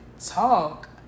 talk